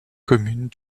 commune